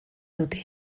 dute